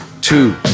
two